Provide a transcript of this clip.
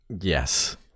Yes